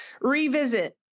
revisit